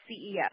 CEO